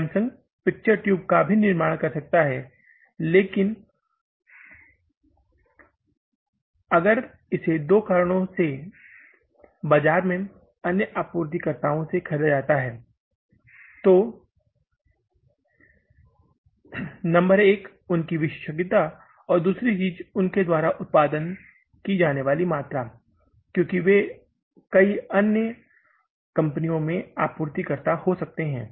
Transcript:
Samsung picture tube का निर्माण भी कर सकता है लेकिन अगर इसे दो कारणों की वजह से बाजार में अन्य आपूर्तिकर्ता से ख़रीदा जाता है तो नंबर एक उनकी विशेषज्ञता है और दूसरी चीज उनके द्वारा की जाने वाली उत्पादन की मात्रा है क्योंकि वे कई अन्य कंपनियों में आपूर्तिकर्ता हो सकते हैं